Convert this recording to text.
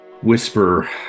Whisper